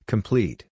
Complete